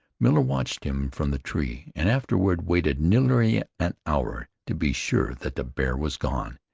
miller watched him from the tree, and afterward waited nearly an hour to be sure that the bear was gone.